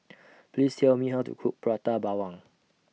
Please Tell Me How to Cook Prata Bawang